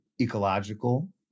ecological